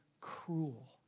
cruel